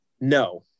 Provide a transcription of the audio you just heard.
No